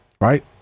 right